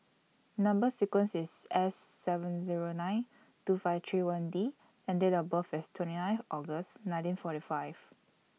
Number sequence IS S seven Zero nine two five three one D and Date of birth IS twenty nine August nineteen forty five